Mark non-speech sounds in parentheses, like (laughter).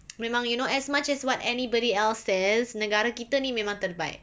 (noise) memang you know as much as what anybody else says negara kita ni memang terbaik